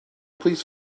please